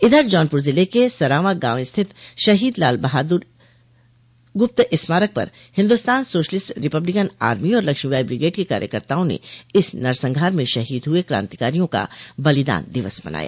इधर जौनपुर ज़िले के सरावां गांव स्थित शहीद लाल बहादूर गूप्त स्मारक पर हिन्दूस्तान सोशलिस्ट रिपब्लिकन आर्मी और लक्ष्मीबाई ब्रिगेड के कार्यकर्ताओं ने इस नरसंहार में शहीद हुये क्रांतिकारियों का बलिदान दिवस मनाया